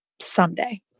someday